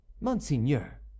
monseigneur